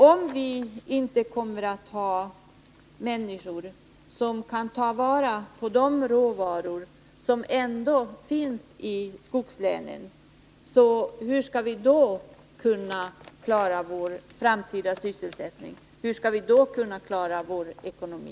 Om det inte finns människor som kan ta vara på de råvaror som finns i skogslänen, hur skall vi då kunna klara vår framtida sysselsättning? Hur skall vi då kunna klara vår ekonomi?